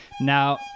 Now